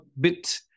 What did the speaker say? bit